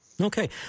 Okay